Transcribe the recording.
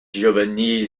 giovanni